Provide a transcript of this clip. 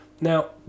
Now